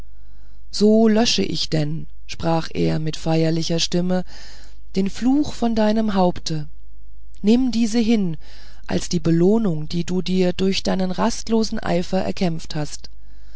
so lösche ich denn sprach er mit feierlicher stimme den fluch von deinem haupte nimm diese hin als die belohnung die du dir durch deinen rastlosen eifer erkämpft hast